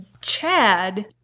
Chad